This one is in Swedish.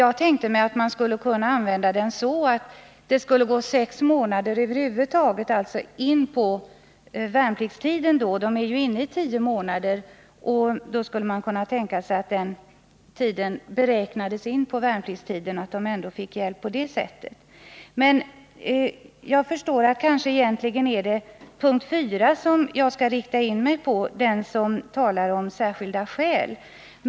Jag tänkte att man kunde räkna med sex månader över huvud taget, dvs. även räkna med värnpliktstid. De värnpliktiga är ju inne i tio månader, varför man alltså kunde tänka sig att räkna in värnpliktstid. Då skulle de kunna få hjälp på det sättet. Jag förstår att jag egentligen bör rikta in mig på punkt 4, där det talas om särskilda skäl.